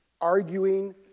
arguing